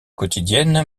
quotidiennes